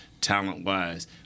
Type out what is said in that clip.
talent-wise